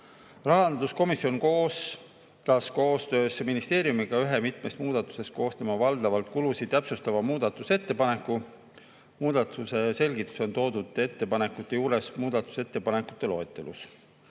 Rahanduskomisjon koostas koostöös ministeeriumiga ühe mitmest muudatusest koosneva, valdavalt kulusid täpsustava muudatusettepaneku. Muudatuse selgitus on toodud ettepanekute juures muudatusettepanekute loetelus.